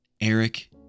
Eric